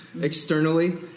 externally